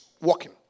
walking